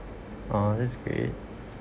!aww! that's great